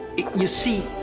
you see.